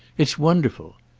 it's wonderful!